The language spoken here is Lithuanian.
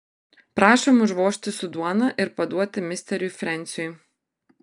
prašom užvožti su duona ir paduoti misteriui frensiui